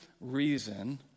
reason